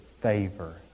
favor